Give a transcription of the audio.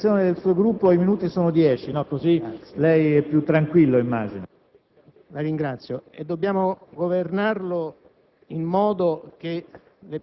È un movimento dal Sud verso il Nord, da Est verso Ovest, che non è possibile fermare o ricacciare indietro: dobbiamo governarlo